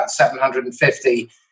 750